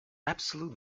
absolute